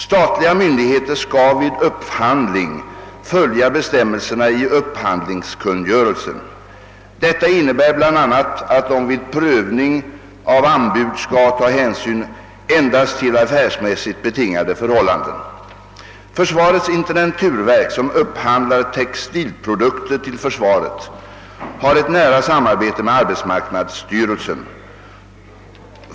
Statliga myndigheter skall vid upphandling följa bestämmelserna i upphandlingskungörelsen. Detta innebär bl.a. att de vid prövning av anbud skall ta hänsyn endast till affärsmässigt betingade förhållanden. Försvarets intendenturverk, som upphandlar textilprodukter till försvaret, har ett nära samarbete med arbetsmarknadsstyrelsen.